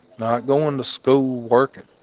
not going to school working.